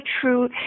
true